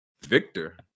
victor